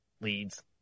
leads